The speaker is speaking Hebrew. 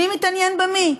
מי מתעניין במי?